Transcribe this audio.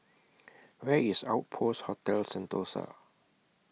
Where IS Outpost Hotel Sentosa